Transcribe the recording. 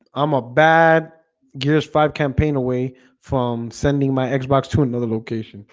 i'm a bad give us five campaign away from sending my xbox to another location